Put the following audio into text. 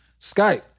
Skype